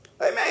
Amen